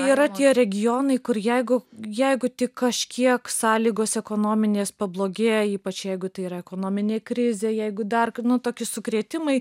yra tie regionai kur jeigu jeigu tik kažkiek sąlygos ekonominės pablogėja ypač jeigu tai yra ekonominė krizė jeigu dar nu toki sukrėtimai